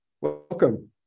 welcome